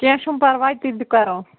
کیٚنٛہہ چھُنہٕ پَرواے تہِ تہِ کَرو